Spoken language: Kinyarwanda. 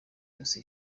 yose